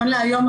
נכון להיום,